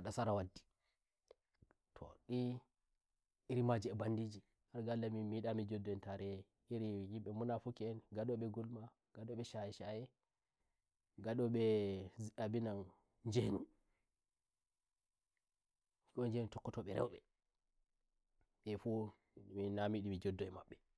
ndasara waditoh ndiiri maji e mbandiji har ga Allah min mi nyida mi joddo eiri nyimbe munafuki enngado mbe gulma ngadobe shaye shayengado be gulma njedu ko won njentokko tobe roibembefu min na